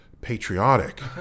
patriotic